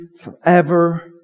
forever